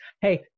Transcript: Hey